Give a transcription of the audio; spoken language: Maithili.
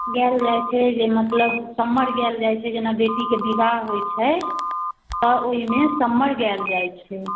गाएल जाइ छै जे मतलब समर गाएल जाइ छै जेना बेटीके बिआह होइ छै तऽ ओहिमे समर गाएल जाइ छै